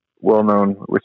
well-known